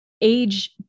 Age